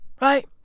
Right